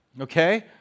okay